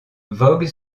vogue